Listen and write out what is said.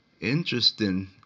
interesting